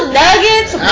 nuggets